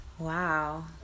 Wow